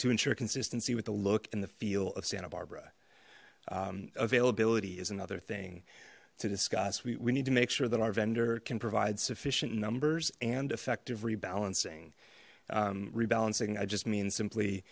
to ensure consistency with the look and the feel of santa barbara availability is another thing to discuss we need to make sure that our vendor can provide sufficient numbers and effective rebalancing rebalancing i just mean simply